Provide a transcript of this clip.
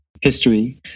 history